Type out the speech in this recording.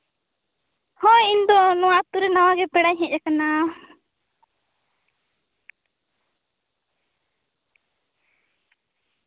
ᱦᱳᱭ ᱤᱧ ᱫᱚ ᱱᱚᱣᱟ ᱟ ᱛᱩ ᱨᱮ ᱱᱟᱣᱟ ᱜᱮ ᱯᱮᱲᱟᱧ ᱦᱮᱡ ᱠᱟᱱᱟ